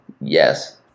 Yes